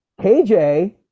KJ